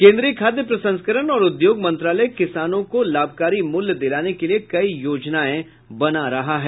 केन्द्रीय खाद्य प्रसंस्करण और उद्योग मंत्रालय किसानों को लाभकारी मूल्य दिलाने के लिए कई योजनाएं बना रही है